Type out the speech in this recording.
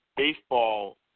Baseball